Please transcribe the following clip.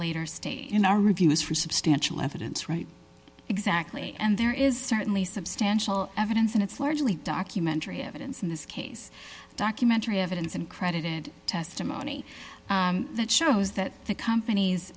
later stage in our review is for substantial evidence right exactly and there is certainly substantial evidence and it's largely documentary evidence in this case documentary evidence uncredited testimony that shows that the compan